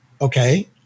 Okay